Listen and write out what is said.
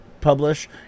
publish